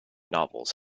novels